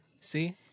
See